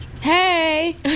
Hey